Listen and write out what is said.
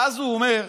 ואז הוא אומר: